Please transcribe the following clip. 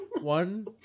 One